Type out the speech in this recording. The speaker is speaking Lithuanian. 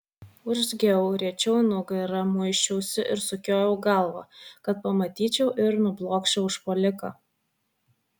urzgiau riečiau nugarą muisčiausi ir sukiojau galvą kad pamatyčiau ir nublokščiau užpuoliką